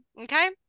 Okay